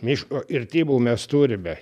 miško irtimų mes turime